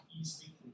easily